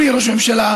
אדוני ראש הממשלה,